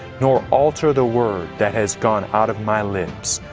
nor alter the word that has gone out of my lips.